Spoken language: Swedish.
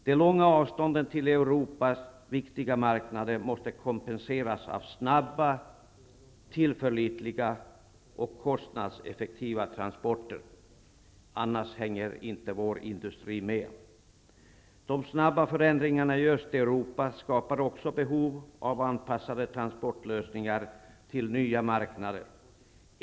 De långa avstånden till Europas viktiga marknader måste kompenseras av snabba, tillförlitliga och kostnadseffektiva transporter, annars hänger vår industri inte med. De snabba förändringarna i östeuropa skapar också behov av anpassade transportlösningar till nya marknader.